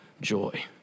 joy